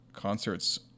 concerts